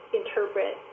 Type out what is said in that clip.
interpret